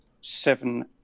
seven